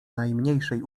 najmniejszej